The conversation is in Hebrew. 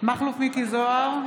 מכלוף מיקי זוהר,